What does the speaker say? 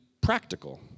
practical